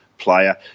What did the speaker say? player